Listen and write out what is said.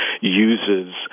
uses